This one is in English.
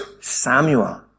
Samuel